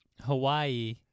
Hawaii